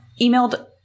emailed